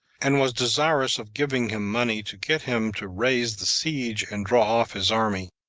and was desirous of giving him money to get him to raise the siege and draw off his army,